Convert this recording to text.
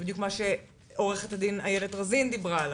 זה בדיוק מה שעוה"ד איילת רזין דיברה עליו,